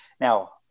Now